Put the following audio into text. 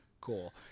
Cool